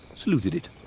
saluted it.